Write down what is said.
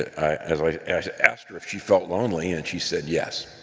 i asked asked her if she felt lonely and she said yes,